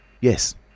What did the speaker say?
Yes